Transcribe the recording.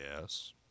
Yes